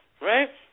right